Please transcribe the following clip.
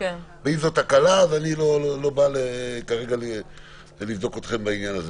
ואם זו תקלה אני לא בא לבדוק אתכם בעניין.